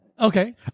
Okay